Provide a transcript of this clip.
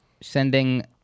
sending